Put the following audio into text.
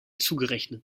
zugerechnet